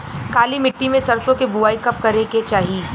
काली मिट्टी में सरसों के बुआई कब करे के चाही?